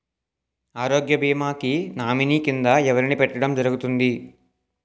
ఆరోగ్య భీమా కి నామినీ కిందా ఎవరిని పెట్టడం జరుగతుంది?